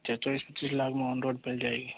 अच्छा चौबीस पच्चीस लाख में ऑन रोड मिल जाएगी